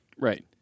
Right